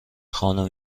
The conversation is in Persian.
خانم